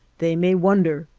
they may wonder,